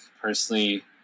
personally